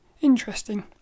interesting